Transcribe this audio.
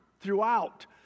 throughout